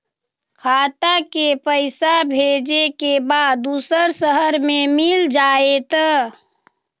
खाता के पईसा भेजेए के बा दुसर शहर में मिल जाए त?